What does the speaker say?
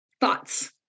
thoughts